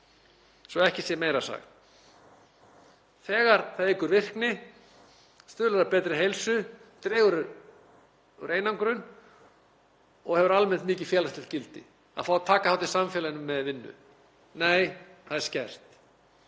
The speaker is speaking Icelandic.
svo ekki sé meira sagt. Það eykur virkni, stuðlar að betri heilsu, dregur úr einangrun og hefur almennt mikið félagslegt gildi að fá að taka þátt í samfélaginu með vinnu, en nei, það er skert.